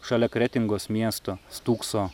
šalia kretingos miesto stūkso